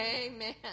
Amen